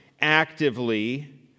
actively